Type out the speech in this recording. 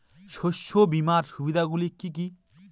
শস্য বিমার সুবিধাগুলি কি কি?